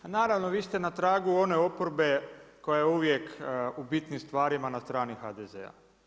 A naravno vi ste na tragu one oporbe koja je uvijek u bitnim stvarima na strani HDZ-a.